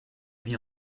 vie